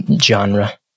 genre